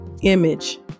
image